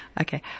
Okay